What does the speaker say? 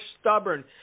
stubborn